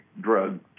Drug